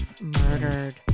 murdered